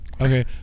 okay